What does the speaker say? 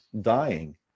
dying